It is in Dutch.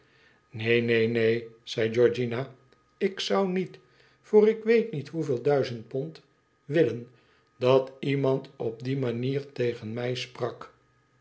neen neen neen zei georgiana ik zou niet voor ik weet niet hoeveel duizend pond willen dat iemand op die manier tegen mij sprak